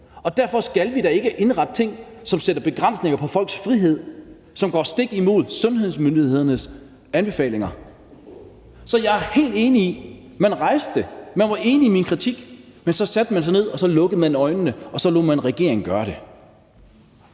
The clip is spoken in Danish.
og derfor skal vi da ikke indrette ting, som sætter begrænsninger på folks frihed, og som går stik imod sundhedsmyndighedernes anbefalinger. Så jeg er helt enig i, at man rejste det. Man var enig i min kritik, men så satte man sig ned, og så lukkede man øjnene, og så lod man regeringen gøre det.